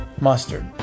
mustard